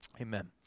Amen